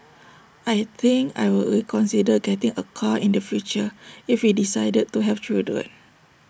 I think I would reconsider getting A car in the future if we decided to have children